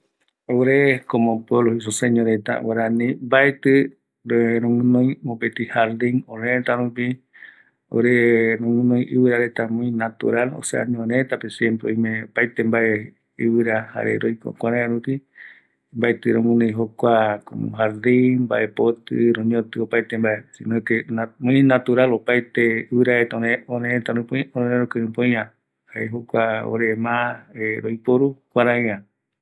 Orereta mbaetɨ röguinoï kua jardin jeiva, oreko indigena guarani, jaema örërëtäko roiko kaa ipɨte rupi, jaeñoma reosa ɨvɨra reta ipotɨ ïpörä jare jayave royerovia, romboete rupi kaa iporeta